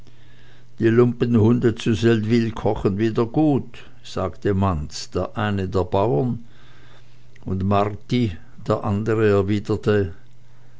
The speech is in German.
die lumpenhunde zu seldwyl kochen wieder gut sagte manz der eine der bauern und marti der andere erwiderte